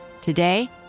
Today